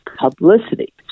publicity